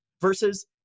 versus